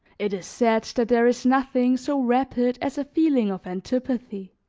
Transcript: it is said that there is nothing so rapid as a feeling of antipathy,